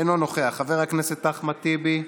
אינו נוכח, חבר הכנסת אחמד טיבי,